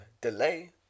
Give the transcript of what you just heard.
delay